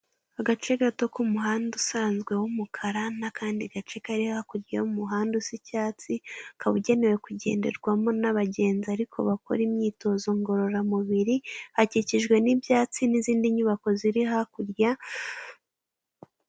Agace gato k'umuhanda usanzwe w'umukara n'akandi gace kari hakurya y'umuhanda usa icyatsi ukaba ugenewe kugenderwamo n'abagenzi ariko bakora imyitozo ngororamubiri hakikijwe n'ibyatsi n'izindi nyubako ziri hakurya.